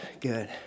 good